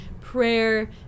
prayer